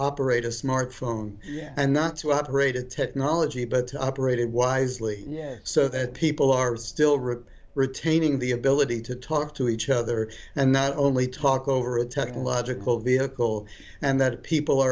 operate a smartphone and not to operate a technology but to operate it wisely yeah so that people are still ripped retaining the ability to talk to each other and not only talk over a technological vehicle and that people